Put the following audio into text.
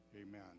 Amen